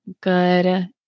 good